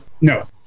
No